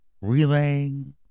relaying